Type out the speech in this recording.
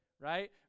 right